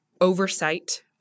oversight